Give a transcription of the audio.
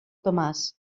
tomàs